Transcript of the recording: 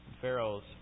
Pharaoh's